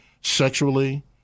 sexually